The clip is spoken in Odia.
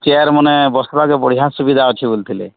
ଚେୟାର୍ ମାନେ ବସିବାକେ ବଢ଼ିଆ ସୁବିଧା ଅଛି ବୋଲଥିଲେ